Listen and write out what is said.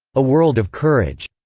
a world of courage.